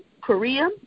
Korea